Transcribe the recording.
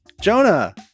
Jonah